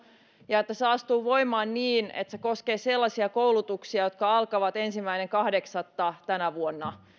ja että se astuu voimaan niin että se koskee sellaisia koulutuksia jotka alkavat ensimmäinen kahdeksatta tänä vuonna